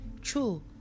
True